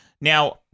Now